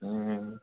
ꯎꯝ